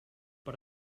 per